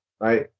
Right